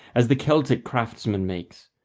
as the celtic craftsman makes,